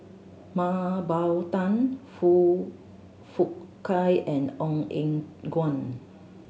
Mah Bow Tan Foong Fook Kay and Ong Eng Guan